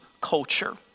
culture